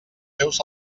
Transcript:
seus